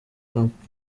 camp